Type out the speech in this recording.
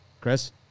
Chris